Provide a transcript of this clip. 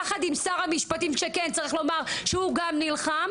יחד עם שר המשפטים שכן צריך לומר שהוא גם נלחם,